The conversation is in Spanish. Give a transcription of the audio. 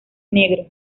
negro